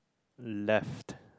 left